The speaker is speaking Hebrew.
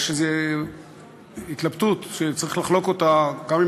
יש איזו התלבטות שצריך לחלוק אותה גם עם